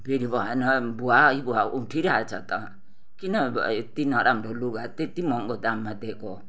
फेरि भएन भुवै भुवा उठिरहेछ त किन यत्ति नराम्रो लुगा त्यति महँगो दाममा दिएको